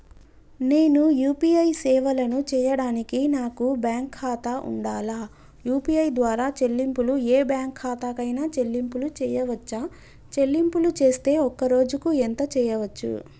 నేను యూ.పీ.ఐ సేవలను చేయడానికి నాకు బ్యాంక్ ఖాతా ఉండాలా? యూ.పీ.ఐ ద్వారా చెల్లింపులు ఏ బ్యాంక్ ఖాతా కైనా చెల్లింపులు చేయవచ్చా? చెల్లింపులు చేస్తే ఒక్క రోజుకు ఎంత చేయవచ్చు?